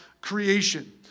creation